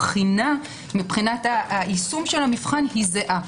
הבחינה מבחינת יישום המבחן היא זהה.